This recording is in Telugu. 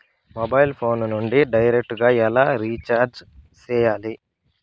మొబైల్ ఫోను నుండి డైరెక్టు గా ఎలా రీచార్జి సేయాలి